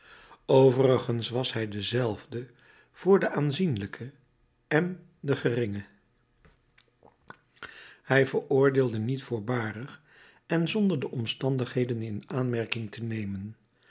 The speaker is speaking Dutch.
overigens was hij dezelfde voor den aanzienlijke en den geringe hij veroordeelde niet voorbarig en zonder de omstandigheden in aanmerking te nemen